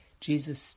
Jesus